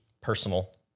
personal